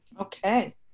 Okay